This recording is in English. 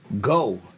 go